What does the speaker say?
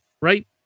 right